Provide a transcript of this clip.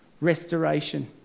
restoration